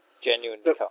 Genuinely